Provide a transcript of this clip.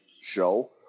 show